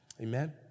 Amen